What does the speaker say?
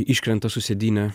iškrenta su sėdyne